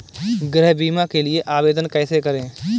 गृह बीमा के लिए आवेदन कैसे करें?